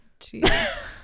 Jeez